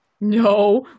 no